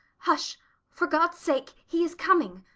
hush for god's sake! he is coming!